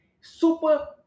Super